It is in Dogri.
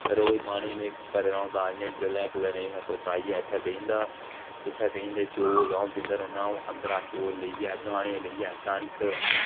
रोज पानी में भरे दा होंदा जिह्लै कुहै ने आइयै तोता आह्नियै बेही जंदा चौल आऊं दिंदा रौह्ना अंदरां चौल लेइयै दाने लेइयै कनक